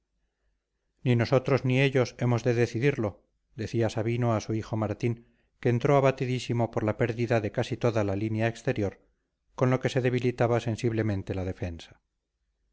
burceña ni nosotros ni ellos hemos de decidirlo decía sabino a su hijo martín que entró abatidísimo por la pérdida de casi toda la línea exterior con lo que se debilitaba sensiblemente la defensa